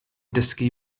dysgu